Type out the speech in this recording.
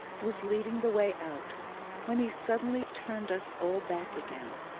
was leading the way out when he suddenly turned us all back again.